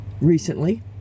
recently